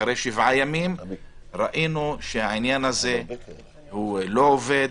אחרי שבעה ימים ראינו שהעניין הזה לא עובד.